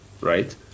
right